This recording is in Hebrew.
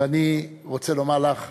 ואני רוצה לומר לך